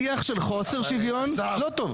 שיח של חוסר שוויון לא טוב.